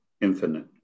infinite